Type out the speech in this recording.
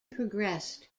progressed